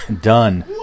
Done